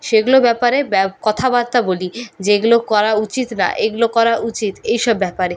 সেগুলো ব্যাপারে ব্যা কথাবার্তা বলি যে এগুলো করা উচিত না এগুলো করা উচিত এই সব ব্যাপারে